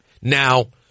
Now